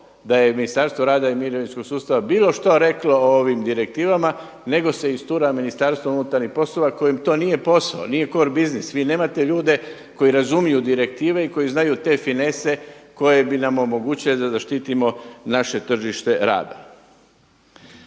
da je Ministarstvo rada i mirovinskog sustava bilo što reklo o ovim direktivama nego se istura MUP kojim to nije posao, nije cor biznis, vi nemate ljudi koji razumiju direktive i koji znaju te finese koje bi nam omogućile da zaštitimo naše tržište rada.